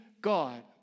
God